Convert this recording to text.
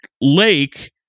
lake